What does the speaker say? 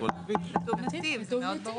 אותו נתיב, זה מאוד ברור.